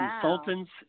consultants